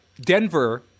Denver